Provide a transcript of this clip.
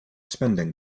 spending